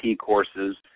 courses